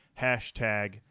Hashtag